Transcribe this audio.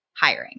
hiring